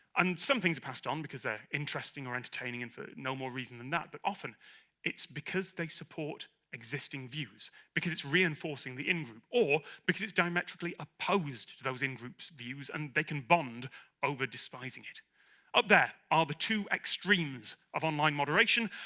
and some things are passed on because they're interesting or entertaining and for no more reason than that but often it's because they support existing views because it's reinforcing the in-group or because it's diametrically opposed to those in groups views and they can bond over despising it up. up there, are the two extremes of online moderation.